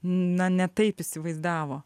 na ne taip įsivaizdavo